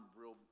real